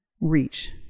reach